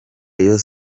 rayon